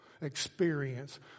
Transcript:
experience